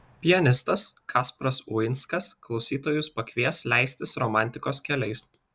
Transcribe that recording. pianistas kasparas uinskas klausytojus pakvies leistis romantikos keliais